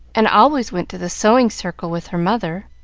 and always went to the sewing circle with her mother.